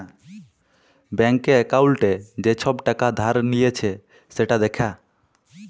ব্যাংকে একাউল্টে যে ছব টাকা ধার লিঁয়েছে সেট দ্যাখা